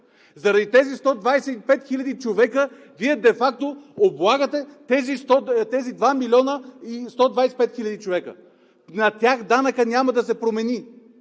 Заради тези 125 000 човека Вие де факто облагате тези 2 милиона и 125 хиляди човека. На тях данъкът няма да се промени.